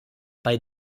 bei